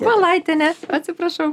valaitienė atsiprašau